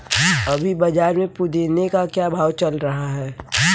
अभी बाज़ार में पुदीने का क्या भाव चल रहा है